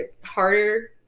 harder